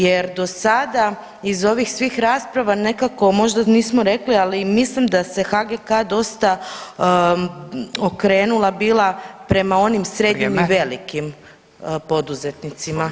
Jer do sada iz ovih svih rasprava nekako možda nismo rekli, ali mislim da se HGK dosta okrenula bila prema onim srednjim i velikim poduzetnicima.